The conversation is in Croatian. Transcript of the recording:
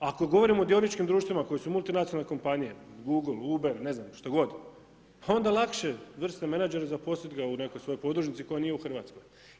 Ako govorimo o dioničkim društvima koji su multinacionalne kompanije GOOGLE, UBER, ne znam što god, pa onda lakše vrsne managere zaposliti ga u nekoj svojoj podružnici koja nije u Hrvatskoj.